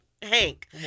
Hank